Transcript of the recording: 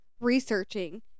researching